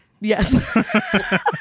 Yes